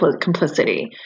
complicity